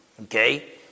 Okay